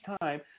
time